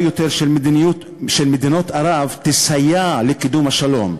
יותר של מדינות ערב תסייע לקידום השלום,